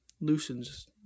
loosens